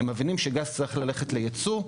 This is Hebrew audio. הם מבינים שגז צריך ללכת לייצוא,